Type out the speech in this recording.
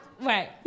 Right